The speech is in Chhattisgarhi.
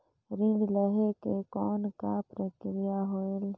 ऋण लहे के कौन का प्रक्रिया होयल?